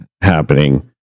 happening